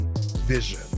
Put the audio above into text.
vision